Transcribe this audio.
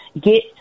get